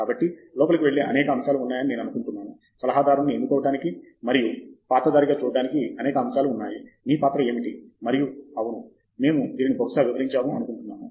కాబట్టి లోపలికి వెళ్ళే అనేక అంశాలు ఉన్నాయని నేను అనుకుంటున్నాను సలహాదారుని ఎన్నుకోవటానికి మరియు పాత్రధారిగా చూడడానికి అనేక అంశాలు ఉన్నాయి మీ పాత్ర ఏమిటి మరియు అవును మేము దీనిని బహుశా వివరించాము అనుకుంటున్నాను